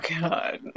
God